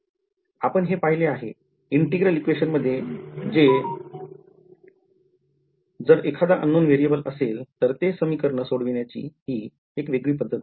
आपण हे पाहिले आहे integral इक्वेशन मध्ये हे जर एखादा unknown variable असेल तर ते समीकरण सोडविण्याची हे वेगळी पद्धत आहे